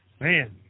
Man